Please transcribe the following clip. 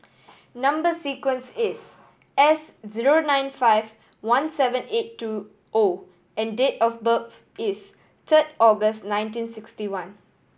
number sequence is S zero nine five one seven eight two O and date of birth is third August nineteen sixty one